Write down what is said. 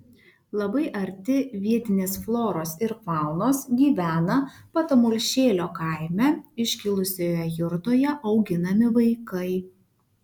labai arti vietinės floros ir faunos gyvena patamulšėlio kaime iškilusioje jurtoje auginami vaikai